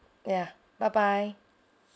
ya bye bye